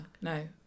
no